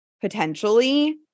potentially